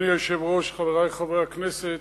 אדוני היושב-ראש, חברי חברי הכנסת,